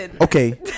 Okay